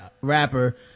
rapper